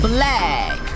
Black